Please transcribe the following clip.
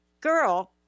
girl